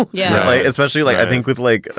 yeah. especially like i think with like,